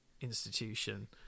institution